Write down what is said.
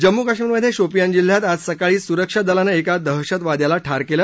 जम्मू कश्मीरमध्ये शोपियान जिल्ह्यात आज सकाळी सुरक्षा दलानं एका दहशतवाद्याला ठार केलं